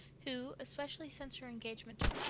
who, especially since her engagement to